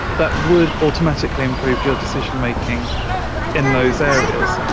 that would automatically improve your decision-making in those areas.